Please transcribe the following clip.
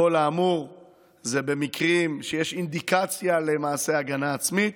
כל האמור זה במקרים שיש אינדיקציה למעשה הגנה עצמית.